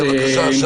בבקשה.